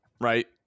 right